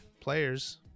players